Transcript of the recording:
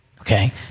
Okay